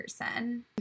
person